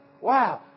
Wow